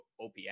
OPS